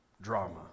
drama